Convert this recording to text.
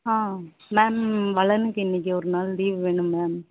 ஆ ma'am வளனுக்கு இன்றைக்கி ஒரு நாள் லீவு வேணும் மேம்